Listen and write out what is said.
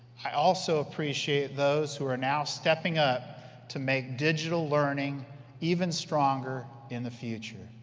i also appreciate those who are now stepping up to make digital learning even stronger in the future!